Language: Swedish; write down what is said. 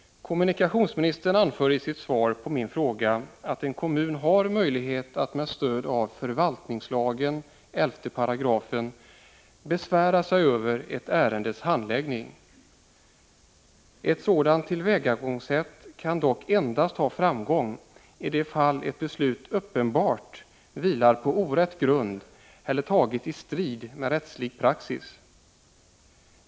Kommunikationsministern anför i sitt svar på min interpellation att en kommun har möjlighet att med stöd av 11§ förvaltningslagen besvära sig över ett ärendes handläggning. Ett sådant tillvägagångssätt kan dock endast innebära framgång i de fall ett beslut uppenbart vilar på orätt grund eller har tagits i strid med rättslig praxis.